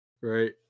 Right